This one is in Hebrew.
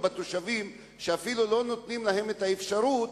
בתושבים, ואפילו לא נותנים להם את האפשרות